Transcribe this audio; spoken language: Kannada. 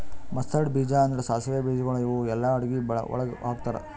ಮಸ್ತಾರ್ಡ್ ಬೀಜ ಅಂದುರ್ ಸಾಸಿವೆ ಬೀಜಗೊಳ್ ಇವು ಎಲ್ಲಾ ಅಡಗಿ ಒಳಗ್ ಹಾಕತಾರ್